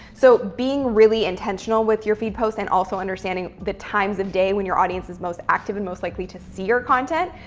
so being really intentional with your feed posts, and also understanding the times of day when your audience is most active and most likely to see your content,